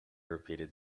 repeated